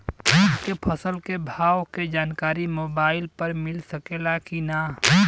हमके फसल के भाव के जानकारी मोबाइल पर मिल सकेला की ना?